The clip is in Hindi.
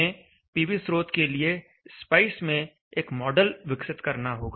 हमें पीवी स्रोत के लिए स्पाइस में एक मॉडल विकसित करना होगा